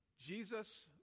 Jesus